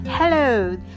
Hello